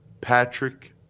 Patrick